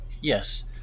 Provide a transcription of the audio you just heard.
Yes